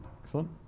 Excellent